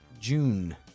June